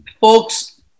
Folks